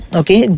okay